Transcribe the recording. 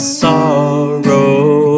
sorrow